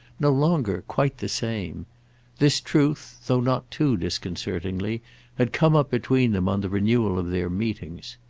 no longer quite the same this truth though not too disconcertingly had come up between them on the renewal of their meetings.